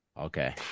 Okay